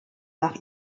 nach